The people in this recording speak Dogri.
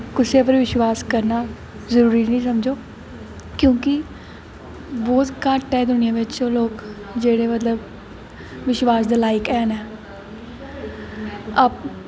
कुसै पर विशवास करना जरूरी नी समझो मतलब बौह्त घट्ट ऐं दुनिया बिच्च लोग जेह्ड़े मतलब विश्वास दे लायक हैन आपूं